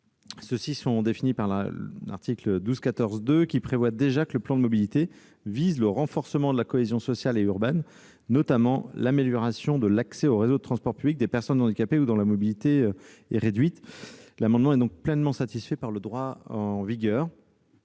Ceux-ci sont définis à l'article L. 1214-2, qui prévoit déjà que le plan de mobilité vise le renforcement de la cohésion sociale et urbaine, notamment l'amélioration de l'accès aux réseaux de transports publics des personnes handicapées ou dont la mobilité est réduite. L'amendement étant pleinement satisfait par le droit en vigueur,